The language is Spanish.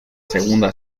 segunda